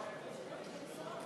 אתה